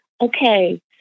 Okay